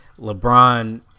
LeBron